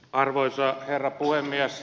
arvoisa herra puhemies